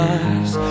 eyes